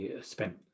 spent